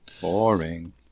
boring